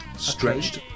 Stretched